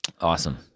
Awesome